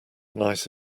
nice